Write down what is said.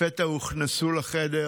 לפתע הוכנסו לחדר